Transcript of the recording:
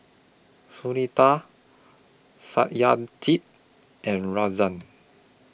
Sunita Satyajit and Razia